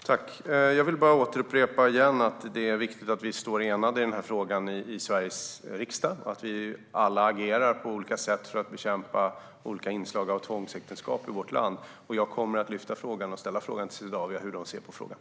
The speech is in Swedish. Herr talman! Jag vill upprepa att det är viktigt att vi står enade i frågan i Sveriges riksdag, och att vi alla agerar på olika sätt för att bekämpa inslag av tvångsäktenskap i vårt land. Jag kommer att fråga Swedavia hur de ser på det.